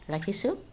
ৰাখিছোঁ